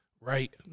right